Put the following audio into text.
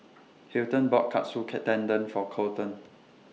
Hilton bought Katsu K Tendon For Colton